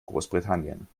großbritannien